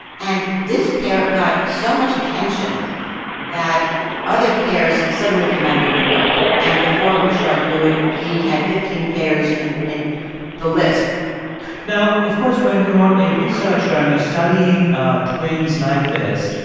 and this pair got so much attention that other pairs suddenly came out of the woodwork. and before bouchard knew it, he had fifteen pairs in in the list now, of course, when you're a researcher and your studying ah twins like this,